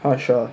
hashra